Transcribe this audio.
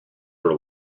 for